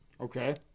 Okay